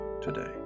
today